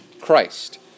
Christ